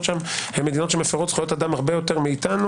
שם מפרות זכויות אדם הרבה יותר מאתנו.